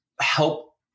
help